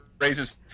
raises